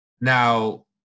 Now